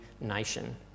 nation